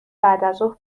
بعدازظهر